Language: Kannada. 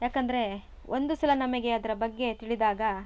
ಯಾಕಂದರೆ ಒಂದು ಸಲ ನಮಗೆ ಅದರ ಬಗ್ಗೆ ತಿಳಿದಾಗ